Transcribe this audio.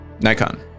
Nikon